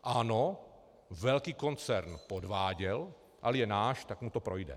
Ano, velký koncern podváděl, ale je náš, tak mu to projde.